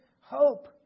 hope